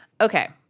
Okay